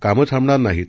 कामं थांबणार नाहीत